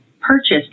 purchased